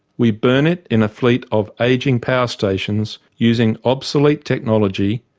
we burn it in a fleet of ageing power stations using obsolete technology,